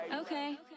okay